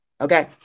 Okay